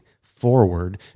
forward